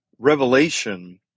revelation